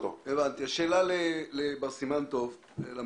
שלי היא לבר סימן טוב.